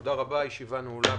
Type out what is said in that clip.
תודה רבה.